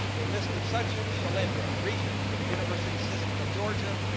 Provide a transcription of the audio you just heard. and mr. sachin shailendra, regent for the university system of georgia,